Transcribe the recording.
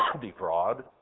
Defraud